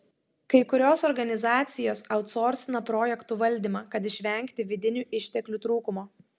kai kurios organizacijos autsorsina projektų valdymą kad išvengti vidinių išteklių trūkumo